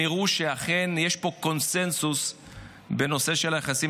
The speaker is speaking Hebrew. הם יראו שאכן יש פה קונסנזוס בנושא היחסים